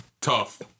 Tough